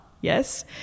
Yes